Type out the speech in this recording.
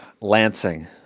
Lansing